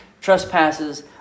trespasses